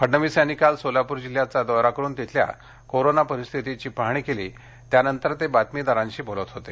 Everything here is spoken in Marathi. फडणवीस यांनी काल सोलापूर जिल्ह्याचा दौरा करून तिथल्या कोरोना परिस्थितीची पाहणी केली त्यानंतर ते बातमीदारांशी बोलत होते